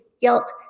guilt